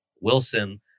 Wilson